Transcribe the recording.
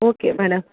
okay madam